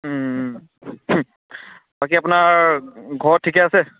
বাকী আপোনাৰ ঘৰত ঠিকে আছে